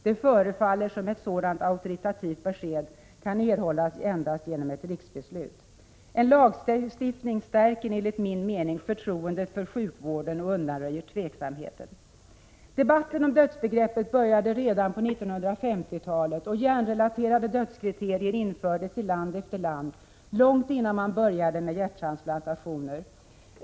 Det förefaller som om ett sådant auktoritativt besked kan erhållas endast genom ett riksdagsbeslut.” En lagstiftning stärker enligt min mening förtroendet för sjukvården och undanröjer tveksamheter. Debatten om dödsbegreppet började redan på 1950-talet, och hjärnrelaterade dödskriterier infördes i land efter land — långt innan man började med hjärttransplantationer.